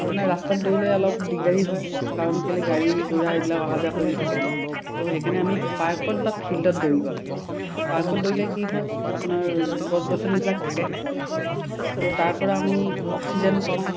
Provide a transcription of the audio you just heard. আপোনাৰ ৰাস্তাত দৌৰিলে অলপ দিগদাৰি হয় কাৰণ কেলৈ গাড়ী গুড়া এইবিলাক অহা যোৱা কৰি থাকে ত' সেইকাৰণে আমি পাৰ্কত বা ফিল্ডত দৌৰিব লাগে পাৰ্কত দৌৰিলে কি হয় আপোনাৰ গছ গছনিবিলাক থাকে ত' তাৰপৰা আমি অক্সিজেন পাওঁ